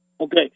Okay